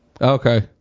Okay